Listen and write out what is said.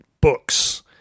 books